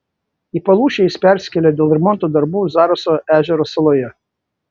į palūšę jis persikėlė dėl remonto darbų zaraso ežero saloje